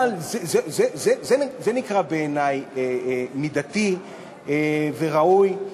אבל זה נקרא בעיני מידתי וראוי.